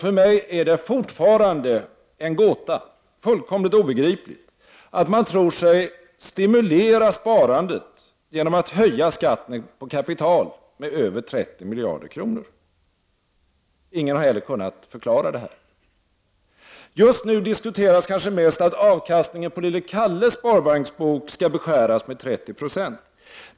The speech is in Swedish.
För mig är det fortfarande en gåta, fullkomligt obegripligt att man tror sig stimulera sparandet genom att höja skatten på kapital med över 30 miljarder kronor. Ingen har heller kunnat förklara det här. Just nu diskuteras mest att avkastningen på lille Kalles sparbanksbok skall beskäras med 30 26.